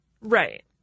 right